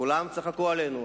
כולם צחקו עלינו,